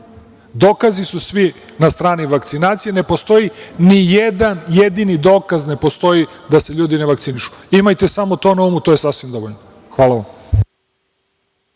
Dokazi su svi na strani vakcinacije. Ne postoji ni jedan jedini dokaz da se ljudi ne vakcinišu. Imajte samo to na umu, to je sasvim dovoljno. Hvala vam.